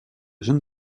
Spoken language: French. jeune